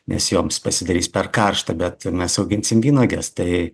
nes joms pasidarys per karšta bet mes auginsim vynuoges tai